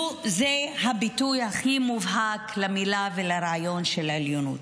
זה הביטוי הכי מובהק למילה ולרעיון של העליונות,